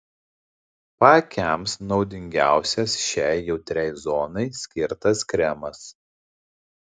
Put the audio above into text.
paakiams naudingiausias šiai jautriai zonai skirtas kremas